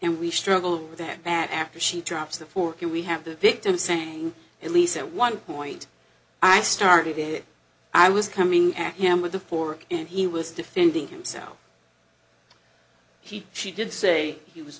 and we struggle with that back after she drops the fork and we have the victim saying at least at one point i started it i was coming at him with a fork and he was defending himself he she did say he was